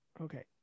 Okay